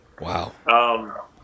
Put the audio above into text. Wow